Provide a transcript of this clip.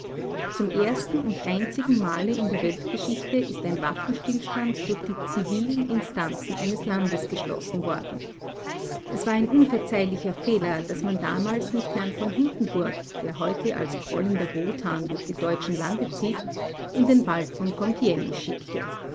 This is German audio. zum ersten und einzigen male in der weltgeschichte ist ein waffenstillstand durch die zivilen instanzen eines landes abgeschlossen worden es war ein unverzeihlicher fehler daß man damals nicht herrn v hindenburg der heute als grollender wotan durch die deutschen lande zieht in den wald von compigne schickte